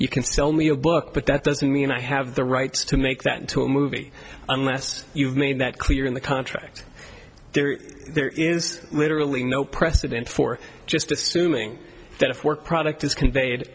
you can sell me a book but that doesn't mean i have the rights to make that into a movie unless you've made that clear in the contract there is literally no precedent for just assuming that if work product is conveyed